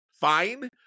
fine